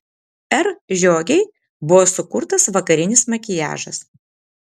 r žiogei buvo sukurtas vakarinis makiažas